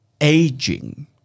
aging